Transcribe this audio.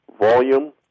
volume